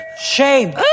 Shame